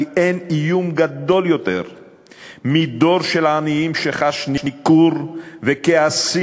כי אין איום גדול יותר מדור של עניים שחש ניכור וכעסים